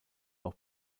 auch